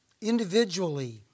individually